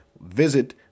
Visit